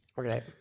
okay